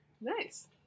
Nice